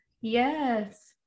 yes